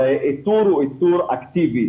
הרי איתור הוא איתור אקטיבי,